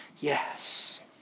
Yes